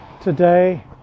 today